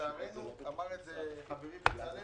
לצערנו אמר את זה חברי בצלאל